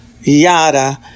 yada